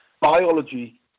Biology